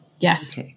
Yes